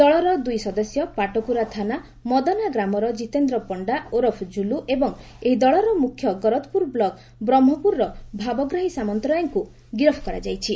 ଦଳର ଦୁଇ ସଦସ୍ୟ ପାଟକୁରା ଥାନା ମଦନା ଗ୍ରାମର ଜିତେନ୍ଦ ପଶ୍ତା ଓରଫ୍ ଜୁଲୁ ଏବଂ ଏହି ଦଳର ମୁଖ୍ୟ ଗରଦପୁର ବ୍ଲକ୍ ବ୍ରହ୍କପୁରର ଭାବଗ୍ରାହୀ ସାମନ୍ତରାୟଙ୍କୁ ଗିରଫ କରାଯାଇଛି